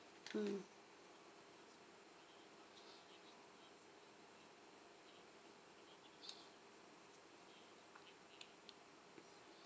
mm